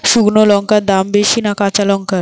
শুক্নো লঙ্কার দাম বেশি না কাঁচা লঙ্কার?